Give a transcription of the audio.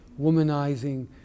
womanizing